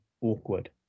awkward